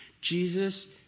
Jesus